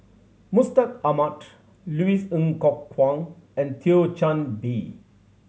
Mustaq Ahmad Louis Ng Kok Kwang and Thio Chan Bee